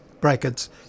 brackets